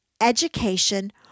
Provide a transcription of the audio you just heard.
education